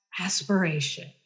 aspiration